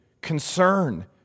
concern